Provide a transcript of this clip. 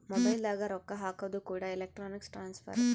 mobile ದಾಗ ರೊಕ್ಕ ಹಾಕೋದು ಕೂಡ ಎಲೆಕ್ಟ್ರಾನಿಕ್ ಟ್ರಾನ್ಸ್ಫರ್